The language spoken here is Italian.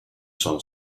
sono